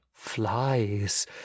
flies